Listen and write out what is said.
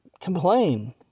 Complain